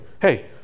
Hey